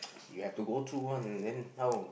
you have to go through one then how